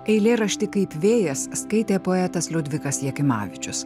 eilėraštį kaip vėjas skaitė poetas liudvikas jakimavičius